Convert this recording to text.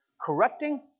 correcting